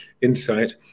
Insight